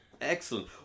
Excellent